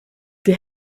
they